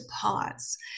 pause